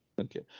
okay